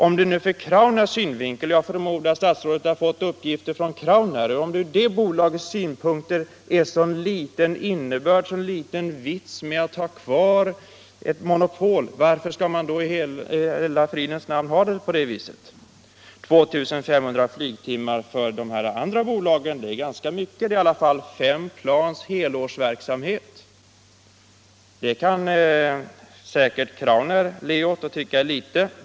Om det nu från Crownairs synpunkt — och jag förmodar att statsrådet fått uppgifterna från Crownair — är så liten vits med att ha kvar ett monopol, varför skall man då i hela fridens namn ha det på det sättet? För de andra bolagen är 2 500 flygtimmar ganska mycket. Det är i alla fall fem plans helårsverksamhet. Hos Crownair kan man säkert le åt det och tycka att det är litet.